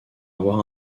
avoir